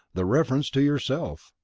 the reference to yourself.